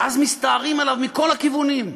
אז מסתערים עליו מכל הכיוונים.